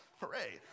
hooray